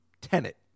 Tenet